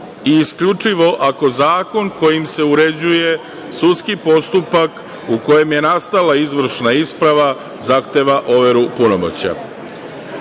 isključivo ako zakon kojim se uređuje sudski postupak u kojem je nastala izvršna isprava zahteva overu punomoćja. Radi